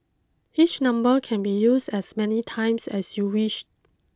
each number can be used as many times as you wish